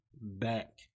back